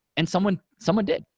and someone someone did.